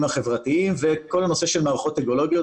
החברתיים וכל הנושא של מערכות אקולוגיות,